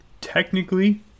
Technically